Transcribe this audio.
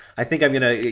i think i'm gonna.